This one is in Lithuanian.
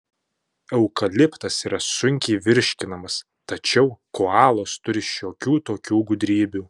eukaliptas yra sunkiai virškinamas tačiau koalos turi šiokių tokių gudrybių